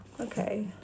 Okay